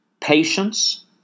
patience